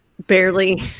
Barely